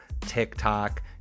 TikTok